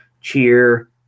Cheer